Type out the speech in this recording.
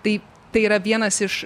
tai tai yra vienas iš